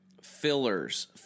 fillers